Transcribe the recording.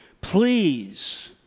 please